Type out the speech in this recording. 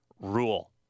rule